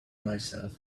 myself